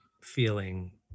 feeling